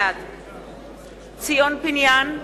בעד ציון פיניאן,